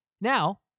Now